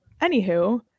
Anywho